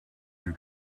you